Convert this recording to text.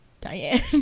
Diane